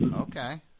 Okay